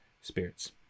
Spirits